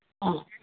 ꯑꯥ